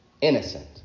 innocent